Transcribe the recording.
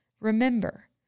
Remember